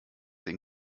den